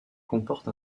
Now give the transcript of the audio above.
comporte